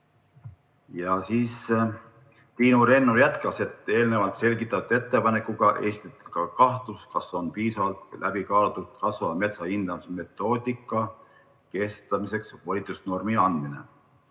käidud. Triinu Rennu jätkas, et eelnevalt selgitatud ettepanekuga esitati ka kahtlus, kas on piisavalt läbi kaalutud kasvava metsa hindamise metoodika kehtestamiseks volitusnormi andmine